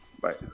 Bye